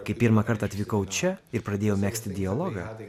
kai pirmąkart atvykau čia ir pradėjau megzti dialogą